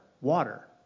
Water